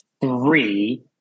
three